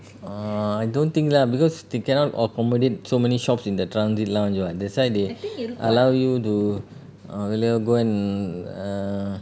oh I don't think lah because they cannot accommodate so many shops in the transit lounge what that's why they allow you to go and err